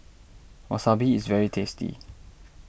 Wasabi is very tasty